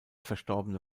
verstorbene